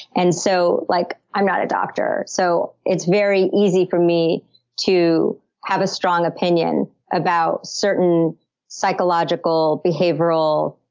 and so like i'm not a doctor, so it's very easy for me to have a strong opinion about certain psychological, behavioral,